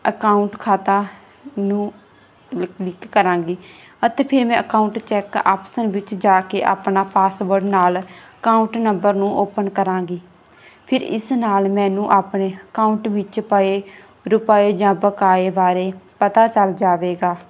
account ਖਾਤਾ ਨੂੰ ਲਿ ਕਲਿਕ ਕਰਾਂਗੀ ਅਤੇ ਫਿਰ ਮੈਂ ਅਕਾਊਂਟ ਚੈੱਕ ਆਪਸਨ ਵਿੱਚ ਜਾ ਕੇ ਆਪਣਾ ਪਾਸਵਰਡ ਨਾਲ ਕਾਊਂਟ ਨੰਬਰ ਨੂੰ ਓਪਨ ਕਰਾਂਗੀ ਫਿਰ ਇਸ ਨਾਲ ਮੈਨੂੰ ਆਪਣੇ ਅਕਾਊਂਟ ਵਿੱਚ ਪਏ ਰੁਪਏ ਜਾਂ ਬਕਾਏ ਬਾਰੇ ਪਤਾ ਚੱਲ ਜਾਵੇਗਾ